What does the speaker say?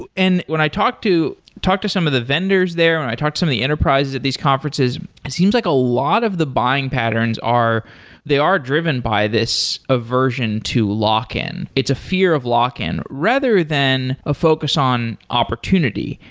and when i talk to talk to some of the vendors there or when i talk to some of the enterprises at these conferences, it seems like a lot of the buying patterns are they are driven by this aversion to lock-in. it's a fear of lock-in. rather than a focus on opportunity,